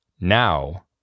Now